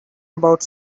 about